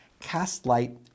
Castlight